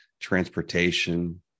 transportation